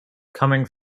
coming